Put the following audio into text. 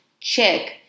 Check